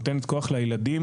נותנת כוח לילדים,